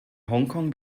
hongkong